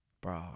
Bro